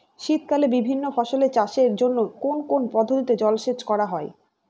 শীতকালে বিভিন্ন ফসলের চাষের জন্য কোন কোন পদ্ধতিতে জলসেচ করা হয়?